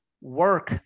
work